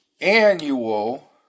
annual